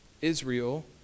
Israel